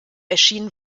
erschien